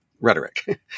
rhetoric